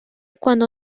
cuando